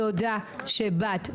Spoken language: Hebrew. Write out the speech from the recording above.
תודה רבה שבאת,